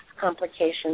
complications